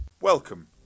Welcome